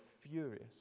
furious